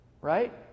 right